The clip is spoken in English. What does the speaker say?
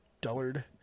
dullard